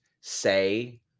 say